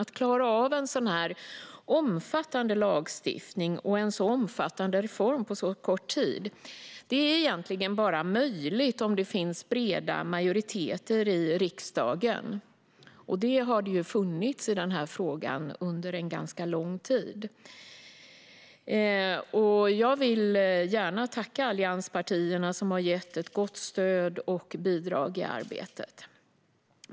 Att klara av att få fram en så omfattande lagstiftning och reform på så kort tid är egentligen bara möjligt om det finns breda majoriteter i riksdagen. Det har det funnits i denna fråga under ganska lång tid. Jag vill gärna tacka allianspartierna, som har gett ett gott stöd och bidrag i arbetet.